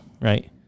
right